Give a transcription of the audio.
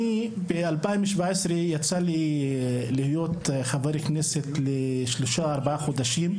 אני ב-2017 יצא לי להיות חבר כנסת לשלושה-ארבעה חודשים.